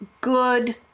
good